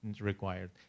required